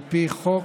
על פי חוק,